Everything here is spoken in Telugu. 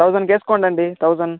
థౌజండ్కి వేసుకోండి అండి థౌజండ్